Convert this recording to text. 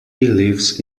lives